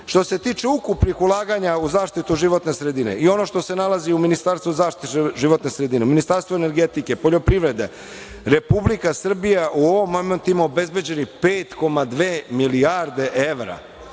Što se tiče ukupnih ulaganja u zaštitu životne sredine i ono što se nalazi u Ministarstvu za zaštitu životne sredine, Ministarstvu energetike, poljoprivrede, Republika Srbija u ovom momentu ima obezbeđenih 5,2 milijarde evra.